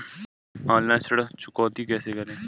Online ऋण चुकौती कैसे करें?